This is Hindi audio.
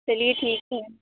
चलिए ठीक है